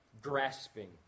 grasping